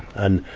and,